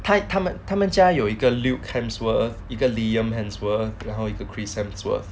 他们他们家有一个 luke hems 然后一个 chris hemsworth